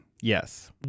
yes